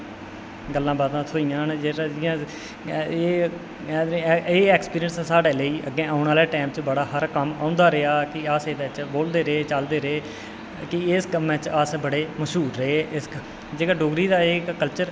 गल्लां बात्तां थ्होइयां न जि'यां एह् ऐक्सपियंरिंस साढ़े लेई अग्गें औने आह्ले टैम च कम्म औंदा रेहा फ्ही अस एह्दे च बोलदे रेह् चलदे रेह् कि इस कम्मै च अस बड़े मश्हूर रेह् जेह्का डोगरी दा एह् कल्चर